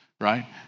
right